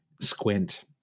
squint